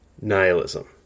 nihilism